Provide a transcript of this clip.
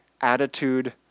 attitude